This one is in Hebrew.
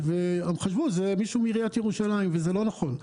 חשבו שזה מישהו מעיריית ירושלים וזה לא נכון.